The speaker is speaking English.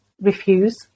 refuse